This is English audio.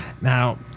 Now